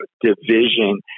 division